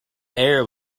air